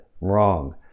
wrong